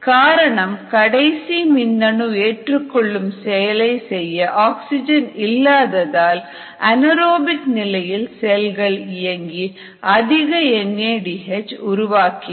காரணம் கடைசி மின்னணு ஏற்றுக்கொள்ளும் செயலை செய்ய ஆக்சிஜன் இல்லாததால் அனேறோபிக் நிலையில் செல்கள் இயங்கி அதிக என் ஏ டி எச் உருவாக்கின